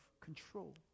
control